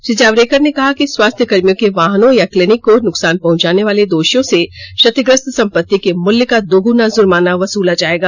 श्री जावड़ेकर ने कहा कि स्वास्थ्यकर्मियों के वाहनों या क्लीनिक को नुकसान पहुंचाने वाले दोषियों से क्षतिग्रस्त सम्पत्ति के मूल्य का दोगुना जुर्माना वसूला जाएगा